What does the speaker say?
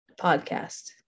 podcast